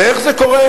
ואיך זה קורה?